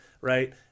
right